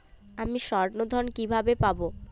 আমি স্বর্ণঋণ কিভাবে পাবো?